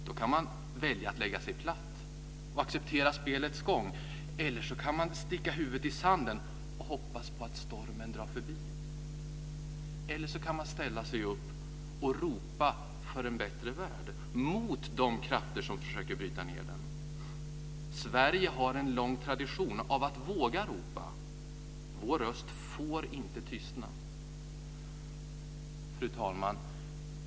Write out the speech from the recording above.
Då kan man välja att lägga sig platt och acceptera spelets gång. Eller också kan man sticka huvudet i sanden och hoppas att stormen drar förbi. Eller också kan man ställa sig upp och ropa för en bättre värld, mot de krafter som försöker bryta ned den. Sverige har en lång tradition av att våga ropa. Vår röst får inte tystna! Fru talman!